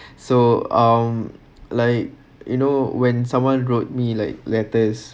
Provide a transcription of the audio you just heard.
so um like you know when someone wrote me like letters